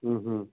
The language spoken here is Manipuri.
ꯎꯝ ꯎꯝ